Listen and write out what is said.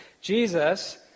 Jesus